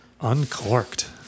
Uncorked